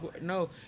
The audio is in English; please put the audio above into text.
no